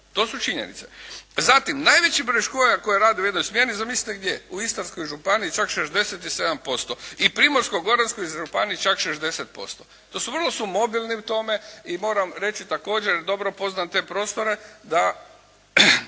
To su činjenice. Zatim najveći broj škola koje rade u jednoj smjeni zamislite gdje, u Istarskoj županiji čak 67% i Primorsko-goranskoj županiji čak 60%. To su vrlo su mobilni u tome i moram reći također, dobro poznam te prostore, da